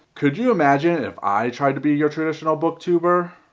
could you imagine if i tried to be your traditional booktuber?